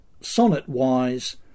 sonnet-wise